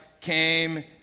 came